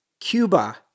Cuba